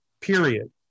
period